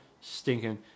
stinking